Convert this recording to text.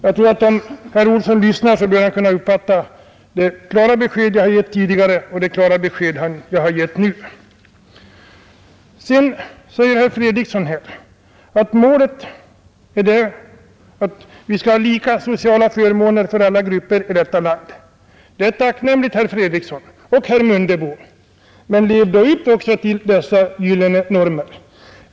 Om herr Olsson lyssnat bör han ha kunnat uppfatta det klara besked jag tidigare gett och det klara besked jag nu har gett. Herr Fredriksson säger att målet är att vi skall ha samma sociala förmåner för alla grupper i detta land. Det är tacknämligt, herr Fredriksson och herr Mundebo, men lev då upp till dessa gyllene normer.